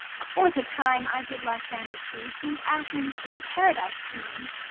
before the time i did lysander see, seem'd athens as a paradise to me.